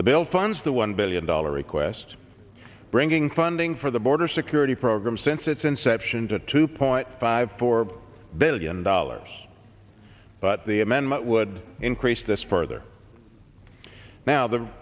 the bill funds the one billion dollar request bringing funding for the border security program since its inception to two point five four billion dollars but the amendment would increase this further now the